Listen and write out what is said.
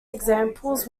examples